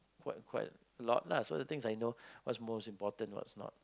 quite quite a lot lah so most the things I know what is important what is not